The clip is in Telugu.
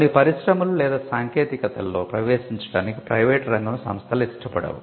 కొన్ని పరిశ్రమలు లేదా సాంకేతికతలలో ప్రవేశించడానికి ప్రైవేటు రంగం సంస్థలు ఇష్టపడవు